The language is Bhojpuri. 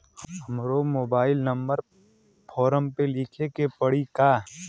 हमरो मोबाइल नंबर फ़ोरम पर लिखे के पड़ी का?